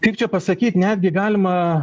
kaip čia pasakyt netgi galima